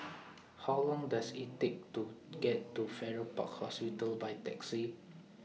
How Long Does IT Take to get to Farrer Park Hospital By Taxi